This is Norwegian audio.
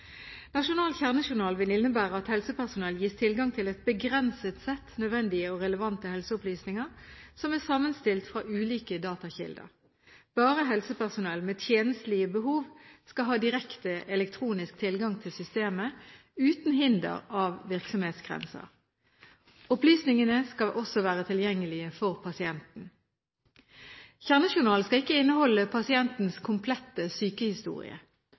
Nasjonal kjernejournal vil innebære at helsepersonell gis tilgang til et begrenset sett nødvendige og relevante helseopplysninger som er sammenstilt av ulike datakilder. Bare helsepersonell med tjenstlige behov skal ha direkte elektronisk tilgang til systemet, uten hinder av virksomhetsgrenser. Opplysningene skal også være tilgjengelige for pasienten. Kjernejournalen skal ikke inneholde pasientens komplette sykehistorie.